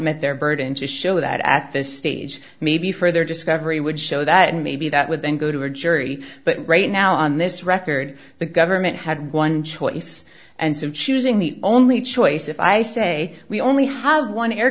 met their burden to show that at this stage maybe further discovery would show that and maybe that would then go to a jury but right now on this record the government had one choice and some choosing the only choice if i say we only have one air